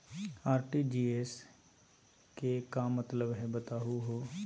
RTGS के का मतलब हई, बताहु हो?